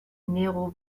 nero